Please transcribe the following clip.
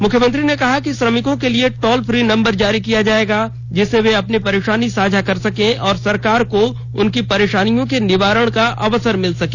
मुख्यमंत्री ने कहा कि श्रमिकों के लिए टोल फ्री नंबर जारी किया जाएगा जिससे वे अपनी परेशानी साझा कर सकें और सरकार को उनकी परेशानियों के निवारण का अवसर मिल सके